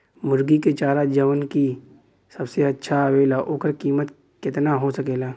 मुर्गी के चारा जवन की सबसे अच्छा आवेला ओकर कीमत केतना हो सकेला?